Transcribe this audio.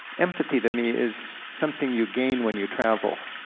empathy to me is something you gain when you travel.